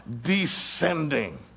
descending